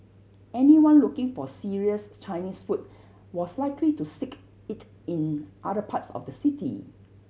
anyone looking for serious Chinese food was likely to seek it in other parts of the city